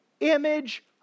Image